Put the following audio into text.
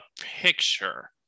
picture